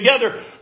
together